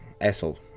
asshole